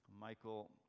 Michael